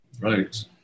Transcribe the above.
Right